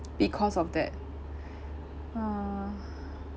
because of that ah